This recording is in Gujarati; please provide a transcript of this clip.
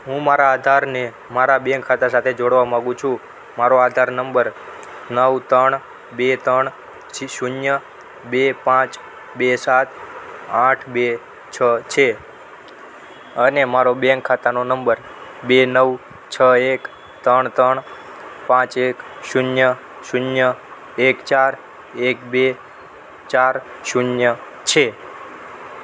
હું મારા આધારને મારા બેંક ખાતા સાથે જોડવા માંગું છું મારો આધાર નંબર નવ ત્રણ બે ત્રણ પછી શૂન્ય બે પાંચ બે સાત આઠ બે છ છે અને મારો બેંક ખાતાનો નંબર બે નવ છ એક ત્રણ ત્રણ પાંચ એક શૂન્ય શૂન્ય એક ચાર એક બે ચાર શૂન્ય છે